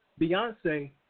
Beyonce